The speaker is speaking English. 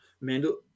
Mandel